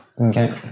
okay